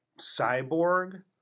cyborg